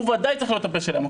הוא ודאי צריך להיות הפה שלהם.